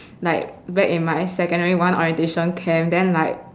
like back in my secondary one orientation camp then like